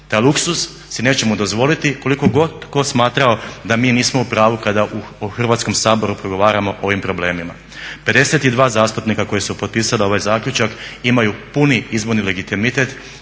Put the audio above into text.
taj luksuz si nećemo dozvoliti koliko god tko smatrao da mi nismo u pravu kada u Hrvatskom saboru progovaramo o ovim problemima. 52 zastupnika koji su potpisala ovaj zaključak imaju puni izborni legitimitet